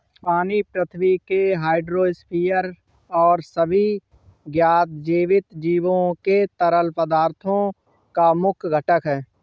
पानी पृथ्वी के हाइड्रोस्फीयर और सभी ज्ञात जीवित जीवों के तरल पदार्थों का मुख्य घटक है